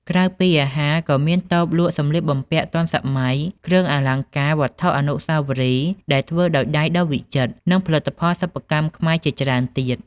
ក្រៅពីអាហារ ក៏មានតូបលក់សម្លៀកបំពាក់ទាន់សម័យ គ្រឿងអលង្ការ វត្ថុអនុស្សាវរីយ៍ដែលធ្វើដោយដៃដ៏វិចិត្រ និងផលិតផលសិប្បកម្មខ្មែរជាច្រើនទៀត។